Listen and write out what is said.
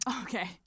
Okay